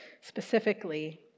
specifically